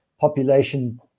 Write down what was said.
population